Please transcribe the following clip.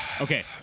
Okay